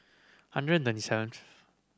hundred thirty seventh